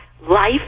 Life